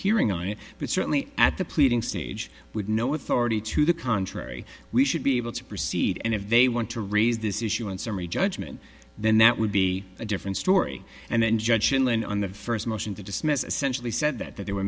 hearing on it but certainly at the pleading stage with no authority to the contrary we should be able to proceed and if they want to raise this issue in summary judgment then that would be a different story and then judge sheindlin on the first motion to dismiss essentially said that they were